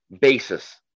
basis